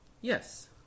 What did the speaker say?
yes